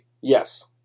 yes